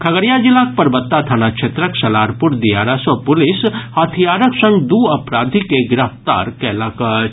खगड़िया जिलाक परबत्ता थाना क्षेत्रक सलारपुर दियारा सॅ पुलिस हथियारक संग दू अपराधी के गिरफ्तार कयलक अछि